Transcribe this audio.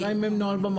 השאלה אם אין נוהל במחשב?